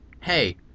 hey